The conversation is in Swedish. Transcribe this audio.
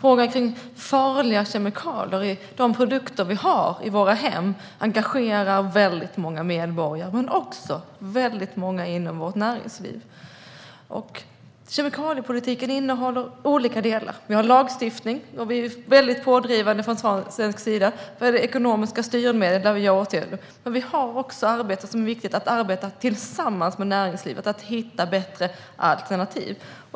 Frågan om farliga kemikalier i de produkter som vi har i våra hem engagerar väldigt många medborgare och också många inom näringslivet. Kemikaliepolitiken innehåller olika delar. Vi är väldigt pådrivande från svensk sida när det gäller lagstiftning och ekonomiska styrmedel. Det är också viktigt att arbeta tillsammans med näringslivet för att hitta bättre alternativ.